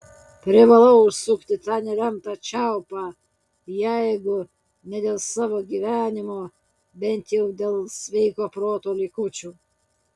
privalau užsukti tą nelemtą čiaupą jeigu ne dėl savo gyvenimo bent jau dėl sveiko proto likučių